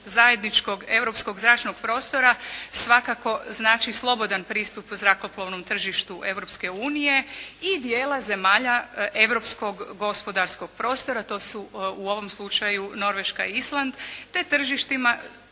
zajedničkog europskog zračnog prostora svakako znači slobodan pristup zrakoplovnom tržištu Europske unije i dijela zemalja europskog gospodarskog prostora. To su u ovom slučaju Norveška i Island te tržištima